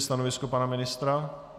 Stanovisko pana ministra?